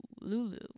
lulu